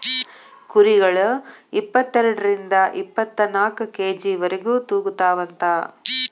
ಕುರಿಗಳ ಇಪ್ಪತೆರಡರಿಂದ ಇಪ್ಪತ್ತನಾಕ ಕೆ.ಜಿ ವರೆಗು ತೂಗತಾವಂತ